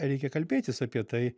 reikia kalbėtis apie tai